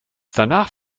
danach